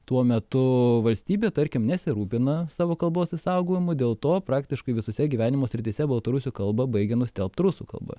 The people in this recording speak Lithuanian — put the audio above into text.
tuo metu valstybė tarkim nesirūpina savo kalbos išsaugojimu dėl to praktiškai visose gyvenimo srityse baltarusių kalbą baigia nustelbt rusų kalba